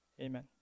Amen